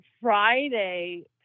Friday